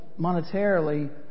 monetarily